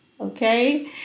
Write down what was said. okay